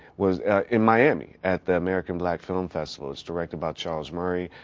was in miami at the american black film festival. it's directed by charles murray.